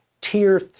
Tier